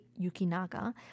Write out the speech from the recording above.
Yukinaga